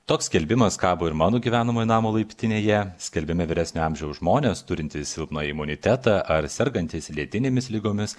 toks skelbimas kabo ir mano gyvenamojo namo laiptinėje skelbime vyresnio amžiaus žmonės turintys silpną imunitetą ar sergantys lėtinėmis ligomis